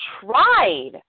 tried